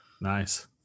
Nice